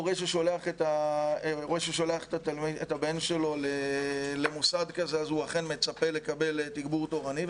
הורה ששולח את הבן שלו למוסד כזה אכן מצפה לקבל תגבור תורני,